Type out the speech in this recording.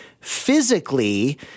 physically